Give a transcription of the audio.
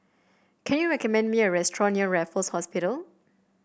can you recommend me a restaurant near Raffles Hospital